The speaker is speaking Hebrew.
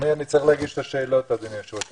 למי אני צריך להגיש את השאלות, אדוני היושב-ראש?